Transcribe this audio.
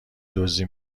دزدی